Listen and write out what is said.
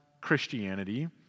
Christianity